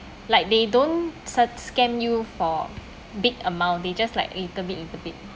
like they don't su~ scam you for big amount they just like a little bit little bit